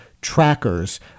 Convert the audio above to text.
trackers